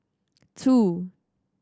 two